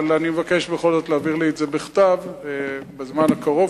אבל אני מבקש בכל זאת להעביר לי את זה בכתב בזמן הקרוב,